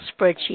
spreadsheet